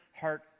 heart